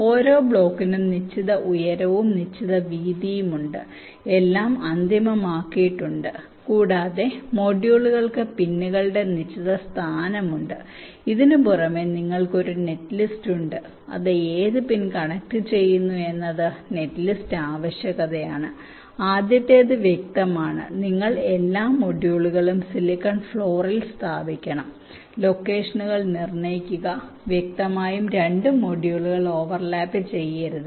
ഓരോ ബ്ലോക്കിനും നിശ്ചിത ഉയരവും നിശ്ചിത വീതിയും ഉണ്ട് എല്ലാം അന്തിമമാക്കിയിട്ടുണ്ട് കൂടാതെ മൊഡ്യൂളുകൾക്ക് പിന്നുകളുടെ നിശ്ചിത സ്ഥാനമുണ്ട് ഇതിനുപുറമെ നിങ്ങൾക്ക് ഒരു നെറ്റ് ലിസ്റ്റ് ഉണ്ട് അത് ഏത് പിൻ കണക്റ്റുചെയ്യുന്നു എന്നത് നെറ്റ് ലിസ്റ്റ് ആവശ്യകതയാണ് ആദ്യത്തേത് വ്യക്തമാണ് നിങ്ങൾ എല്ലാ മൊഡ്യൂളുകളും സിലിക്കൺ ഫ്ലോറിൽ സ്ഥാപിക്കണം ലൊക്കേഷനുകൾ നിർണ്ണയിക്കുക വ്യക്തമായും 2 മൊഡ്യൂളുകൾ ഓവർലാപ്പ് ചെയ്യരുത്